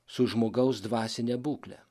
su žmogaus dvasine būkle